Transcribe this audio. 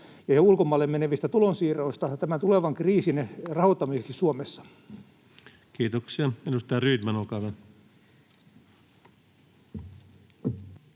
ja ulkomaille menevistä tulonsiirroista tämän tulevan kriisin rahoittamiseksi Suomessa? Kiitoksia. — Edustaja Rydman, olkaa hyvä.